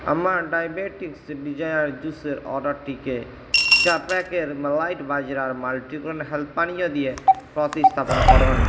আমার diabetics desire জুসের অর্ডারটিকে চার প্যাকের মেলাইট বাজরার মাল্টিগ্রেন হেল্থ পানীয় দিয়ে প্রতিস্থাপন করুন